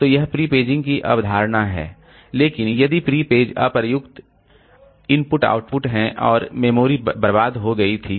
तो यह pre paging की अवधारणा है लेकिन यदि प्री पेज अप्रयुक्त I O हैं और मेमोरी बर्बाद हो गई थी